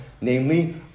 Namely